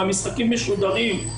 המשחקים משודרים.